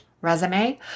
resume